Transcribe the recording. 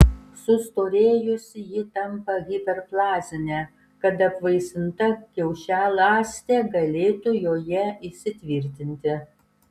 sustorėjusi ji tampa hiperplazinė kad apvaisinta kiaušialąstė galėtų joje įsitvirtinti